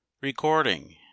Recording